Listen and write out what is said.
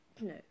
No